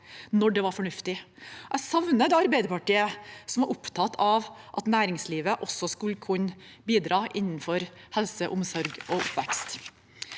når det var fornuftig. Jeg savner det Arbeiderpartiet som var opptatt av at næringslivet også skulle kunne bidra innenfor helse, omsorg og oppvekst.